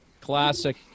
classic